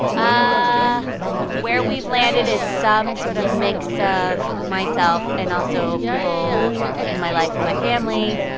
ah where we've landed is some sort of mix of myself, and also people in my life and my family.